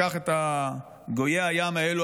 לקח את גויי הים האלה,